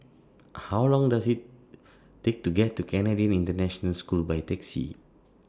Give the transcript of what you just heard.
How Long Does IT Take to get to Canadian International School By Taxi